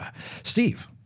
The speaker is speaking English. Steve